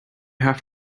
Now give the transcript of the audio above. have